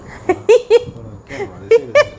ah can right